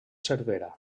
cervera